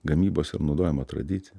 gamybos ir naudojimo tradiciją